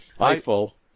Eiffel